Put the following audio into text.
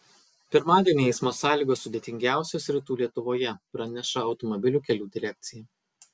pirmadienį eismo sąlygos sudėtingiausios rytų lietuvoje praneša automobilių kelių direkcija